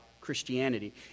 Christianity